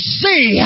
see